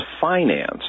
finance